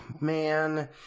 man